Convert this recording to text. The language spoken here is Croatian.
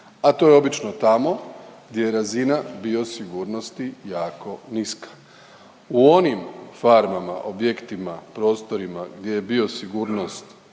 a to je obično tamo gdje je razina biosigurnosti jako niska. U onim farmama, objektima, prostorima gdje je biosigurnost